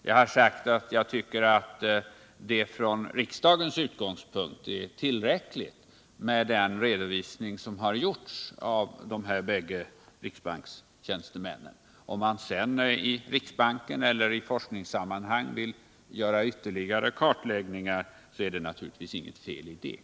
Jag har sagt att det från riksdagens utgångspunkt är tillräckligt med den redovisning som har gjorts av de här båda riksbankstjänstemännen. Om man sedan i riksbanken eller i forskningssammanhang vill göra ytterligare kartläggningar, så är det naturligtvis inget fel i det.